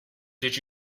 did